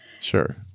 Sure